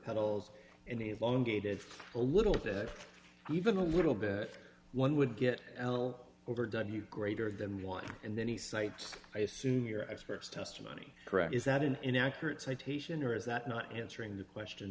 pedals and the lone gaited for a little bit even a little bit one would get l over done greater than one and then he cites i assume your experts testimony correct is that an inaccurate citation or is that not answering the question